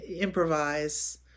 improvise